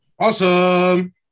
Awesome